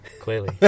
clearly